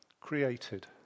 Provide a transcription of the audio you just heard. created